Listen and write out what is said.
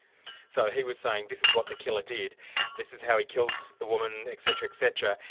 so he was saying this is what the killer did this is how he killed the woman, etc. etc,